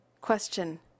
Question